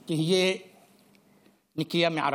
תהיה נקייה מערבים.